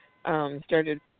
started